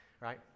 right